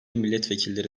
milletvekilleri